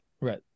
Right